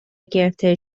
گرفتن